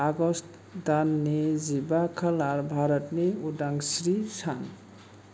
August दाननि जिबा खालार भारतनि उदांस्री सान